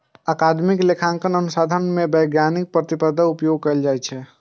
अकादमिक लेखांकन अनुसंधान मे वैज्ञानिक पद्धतिक उपयोग कैल जाइ छै